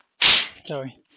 Sorry